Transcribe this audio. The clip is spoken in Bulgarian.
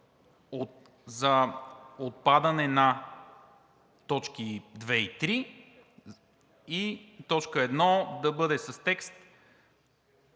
за отпадане на точки 2 и 3 и т. 1 да бъде с текст: